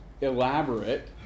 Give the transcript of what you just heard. elaborate